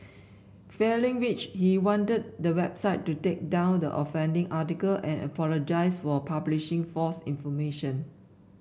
failing which he wanted the website to take down the offending article and apologise for publishing false information